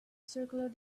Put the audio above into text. circular